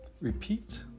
repeat